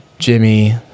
Jimmy